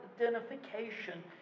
identification